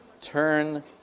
turn